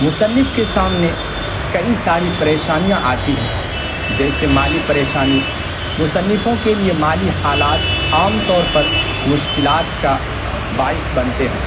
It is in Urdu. مصنف کے سامنے کئی ساری پریشانیاں آتی ہیں جیسے مال پریشانی مصنفوں کے لیے مالی حالات عام طور پر مشکلات کا باعث بنتے ہیں